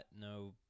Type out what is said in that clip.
no